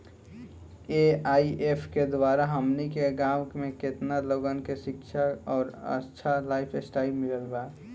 AIF के द्वारा हमनी के गांव में केतना लोगन के शिक्षा और अच्छा लाइफस्टाइल मिलल बा